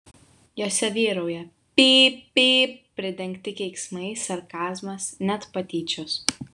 jose vyrauja pypt pypt pridengti keiksmai sarkazmas net patyčios